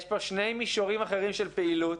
יש פה שני מישורים אחרים של פעילות.